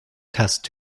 test